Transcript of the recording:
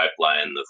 pipeline